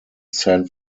san